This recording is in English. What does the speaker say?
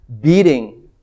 beating